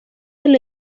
del